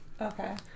Okay